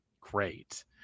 great